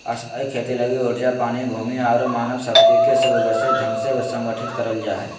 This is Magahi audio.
स्थायी खेती लगी ऊर्जा, पानी, भूमि आरो मानव शक्ति के सुव्यवस्थित ढंग से संगठित करल जा हय